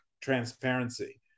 transparency